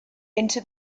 into